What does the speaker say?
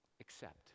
Accept